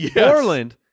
Orland